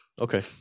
Okay